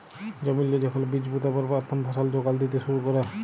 জমিল্লে যখল বীজ পুঁতার পর পথ্থম ফসল যোগাল দ্যিতে শুরু ক্যরে